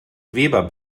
weber